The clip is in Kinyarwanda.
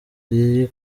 riri